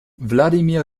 wladimir